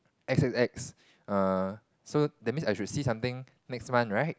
X X X err so that means I should see something next month right